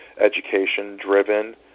education-driven